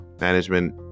Management